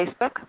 Facebook